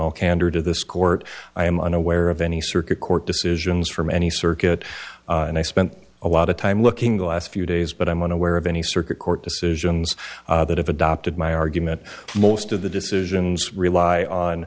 candor to this court i am unaware of any circuit court decisions from any circuit and i spent a lot of time looking the last few days but i'm unaware of any circuit court decisions that have adopted my argument most of the decisions rely on